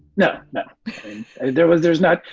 no, no there was. there's not.